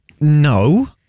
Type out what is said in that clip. No